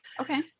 Okay